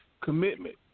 commitment